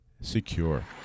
secure